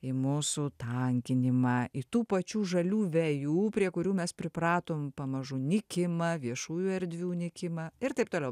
į mūsų tankinimą į tų pačių žalių vejų prie kurių mes pripratom pamažu nykimą viešųjų erdvių nykimą ir taip toliau